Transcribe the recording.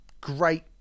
great